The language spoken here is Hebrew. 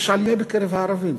יש עלייה בקרב הערבים.